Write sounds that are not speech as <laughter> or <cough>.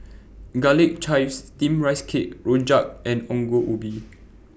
Garlic Chives Steamed Rice Cake Rojak and Ongol Ubi <noise>